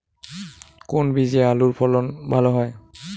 কোন বীজে আলুর ফলন ভালো হয়?